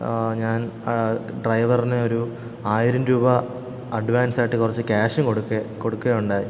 ഞാൻ ഡ്രൈവറിനു ഒരു ആയിരം രൂപ അഡ്വാൻസായിട്ട് കുറച്ച് ക്യാഷും കൊടുക്കെ കൊടുക്കുകയുണ്ടായി